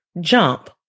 jump